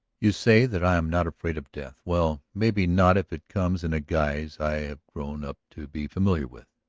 you say that i am not afraid of death well, maybe not if it comes in a guise i have grown up to be familiar with.